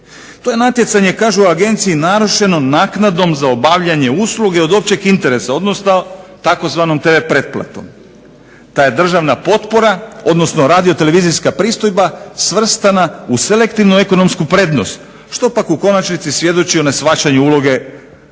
To je natjecanje kažu u Agenciji narušeno naknadom za obavljanje usluge od općeg interesa odnosno tzv. tv-pretplatom. TA je državna potpora, odnosno radiotelevizijska pristojba svrstana u selektivnu ekonomsku prednost što pak u konačnici svjedoči o neshvaćanju uloge HRT-a